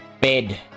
bed